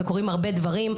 וקורים הרבה דברים,